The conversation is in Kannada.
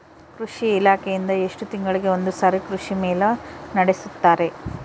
ಕೃಷಿ ಇಲಾಖೆಯಿಂದ ಎಷ್ಟು ತಿಂಗಳಿಗೆ ಒಂದುಸಾರಿ ಕೃಷಿ ಮೇಳ ನಡೆಸುತ್ತಾರೆ?